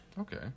Okay